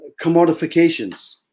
commodifications